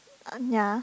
uh ya